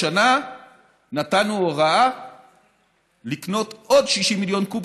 השנה נתנו הוראה לקנות עוד 60 מיליון קוב,